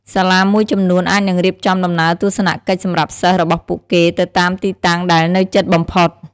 សាលាមួយចំនួនអាចនឹងរៀបចំដំណើរទស្សនកិច្ចសម្រាប់សិស្សរបស់ពួកគេទៅតាមទីតាំងដែលនៅជិតបំផុត។